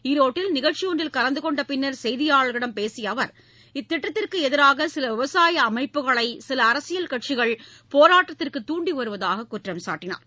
ஈரோட்டில் நிகழ்ச்சி ஒன்றில் கலந்து கொண்ட பின்னர் செய்தியாளர்களிடம் பேசிய அவர் இத்திட்டத்திற்கு எதிராக சில விவசாய அமைப்புக்களை சில அரசியல் கட்சிகள் போராட்டத்திற்கு தூண்டி வருவதாக குற்றம் சாட்டினார்